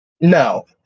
No